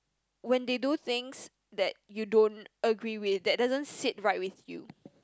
when they do things that you don't agree with that doesn't sit right with you